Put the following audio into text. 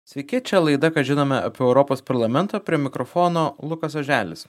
sveiki čia laida ką žinome apie europos parlamentą prie mikrofono lukas oželis